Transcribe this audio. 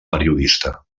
periodista